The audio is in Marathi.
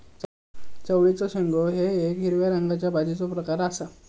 चवळीचे शेंगो हे येक हिरव्या रंगाच्या भाजीचो प्रकार आसा